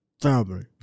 Family